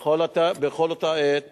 בכל אותה עת